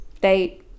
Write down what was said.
They-